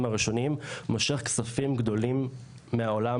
הראשונים מושך כספים גדולים מהעולם,